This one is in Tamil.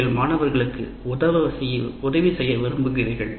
நீங்கள் மாணவர்களுக்கு உதவி செய்ய விரும்புகிறீர்கள்